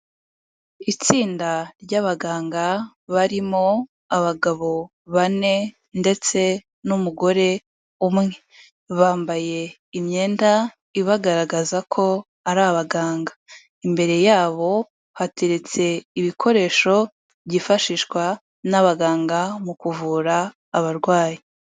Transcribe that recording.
Itsinda ry'abaganga barimo abagabo bane, ndetse n'umugore umwe, bambaye imyenda ibagaragaza ko ari abaganga, imbere yabo hateretse ibikoresho byifashishwa n'abaganga mu kuvura abarwayi.